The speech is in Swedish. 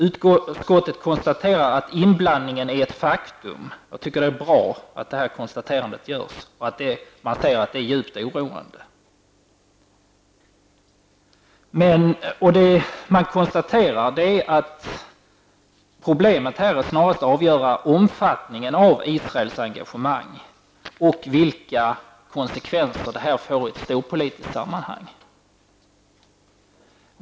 Utskottet konstaterar att inblandningen är ett faktum. Jag tycker att det är bra att detta konstaterande görs och att det framhålls att inblandningen är djupt oroande. Problemet är snarast att avgöra omfattningen av Israels engagemang och vilka konsekvenserna blir i ett storpolitiskt sammanhang.